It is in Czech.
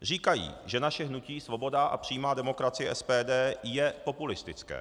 Říkají, že naše hnutí Svoboda a přímá demokracie SPD je populistické.